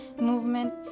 movement